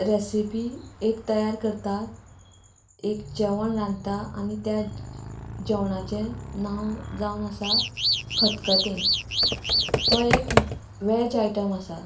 recipe एक तयार करता एक जेवण रांदता आनी त्या जेवणाचे नांव जावन आसा खतखतें तो एक व्हेज आयटम आसा